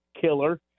killer